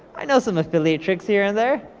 i know some affiliate tricks, here and there.